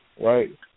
right